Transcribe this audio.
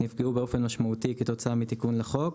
נפגעו באופן משמעותי כתוצאה מתיקון לחוק,